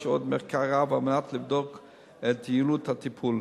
עוד מחקר רב על מנת לבדוק את יעילות הטיפול.